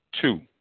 two